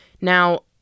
Now